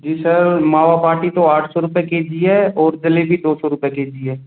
जी sir मावा बाटी तो आठ सौ रुपये के जी है और जलेबी दो सौ रुपये के जी है